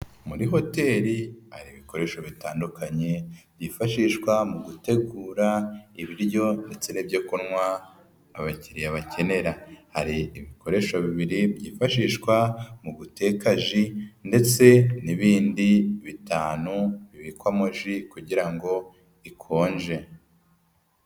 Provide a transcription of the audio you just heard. Muri hoteli hari ibikoresho bitandukanye byifashishwa mu gutegura ibiryo ndetse n'ibyo kunywa abakiriya bakenera, hari ibikoresho bibiri byifashishwa mu guteka ji ndetse n'ibindi bitanu bibikwamo ji kugira ngo ikonje.